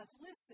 listen